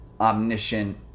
Omniscient